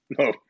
No